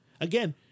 Again